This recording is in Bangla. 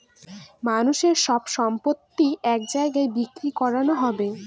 মানুষের সব সম্পত্তি এক জায়গায় বিক্রি করানো হবে